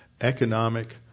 economic